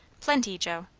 plenty, joe.